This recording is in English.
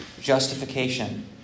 justification